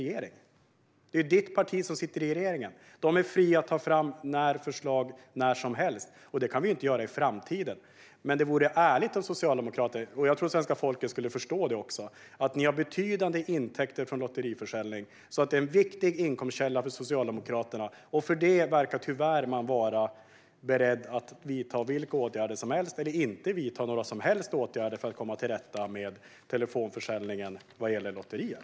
Det är ju Eva Sonidssons parti som sitter i regeringen. De är fria att ta fram förslag när som helst; det kan vi ju inte göra i framtiden. Jag tror att svenska folket skulle förstå om Socialdemokraterna var ärliga: Ni har betydande intäkter från lotteriförsäljning, så det är en viktig inkomstkälla för Socialdemokraterna. Tyvärr verkar man därför inte vara beredd att vidta några som helst åtgärder för att komma till rätta med telefonförsäljningen när det gäller lotterier.